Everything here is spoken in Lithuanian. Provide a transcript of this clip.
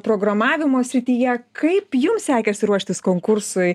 programavimo srityje kaip jums sekėsi ruoštis konkursui